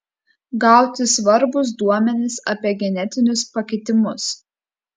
gauti svarbūs duomenys apie genetinius pakitimus